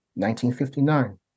1959